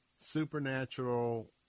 supernatural